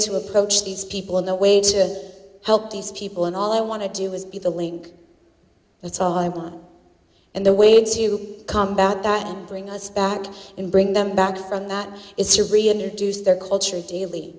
to approach these people in a way to help these people and all i want to do is be the link that's all i want and the way to combat that bring us back and bring them back from that is to reintroduce their culture daily